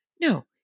No